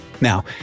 Now